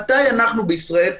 מתי בישראל,